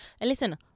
Listen